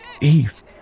Eve